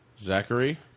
Zachary